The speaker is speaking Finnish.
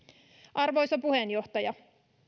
arvoisa puheenjohtaja